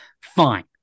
fine